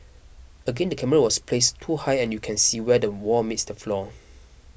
again the camera was placed too high and you can see where the wall meets the floor